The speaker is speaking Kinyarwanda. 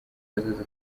hazaza